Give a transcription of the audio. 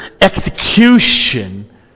execution